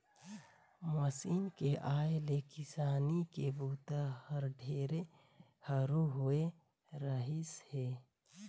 machine के आए ले किसानी के बूता हर ढेरे हरू होवे रहीस हे